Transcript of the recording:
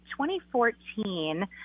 2014